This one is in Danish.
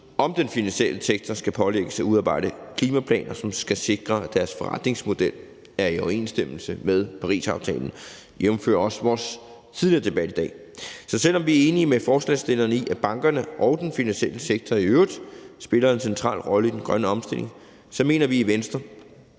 om den finansielle sektor skal pålægges at udarbejde klimaplaner, som skal sikre, at deres forretningsmodel er i overensstemmelse med Parisaftalen – jævnfør også vores tidligere debat i dag. Så selvom vi er enige med forslagsstillerne i, at bankerne og den finansielle sektor i øvrigt spiller en central rolle i den grønne omstilling, mener vi i Venstre,